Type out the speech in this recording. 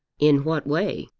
in what way?